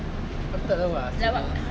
aku tak tahu ah serious